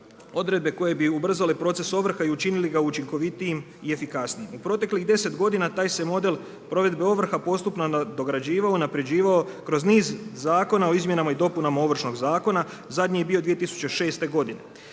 odredbe koje bi ubrzale proces ovrha i učinili ga učinkovitijim i efikasnijim. U proteklih 10 godina taj se model provedbe ovrha postupno nadograđivao, unapređivao, kroz niz zakona o izmjenama i dopunama Ovršnog zakona, zadnji je bio 2006. godine,